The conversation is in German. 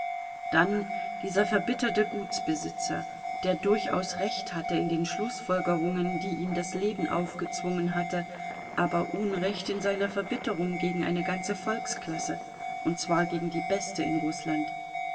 dann dieser verbitterte gutsbesitzer der durchaus recht hatte in den schlußfolgerungen die ihm das leben aufgezwungen hatte aber unrecht in seiner verbitterung gegen eine ganze volksklasse und zwar gegen die beste in rußland